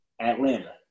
Atlanta